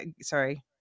sorry